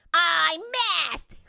i missed.